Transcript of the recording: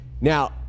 Now